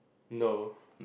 no